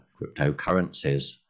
cryptocurrencies